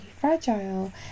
fragile